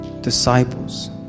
disciples